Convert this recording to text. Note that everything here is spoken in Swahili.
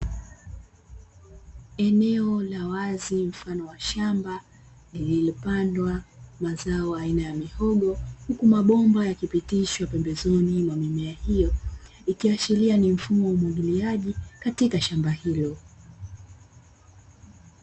Eneo la wazi mfano wa shamba liliLopandwa mazao aina ya mihogo, huku mabomba yakipitishwa pembezoni mwa mimea hiyo, ikiashiria ni mfumo wa umwagiliaji katika shamba hilo.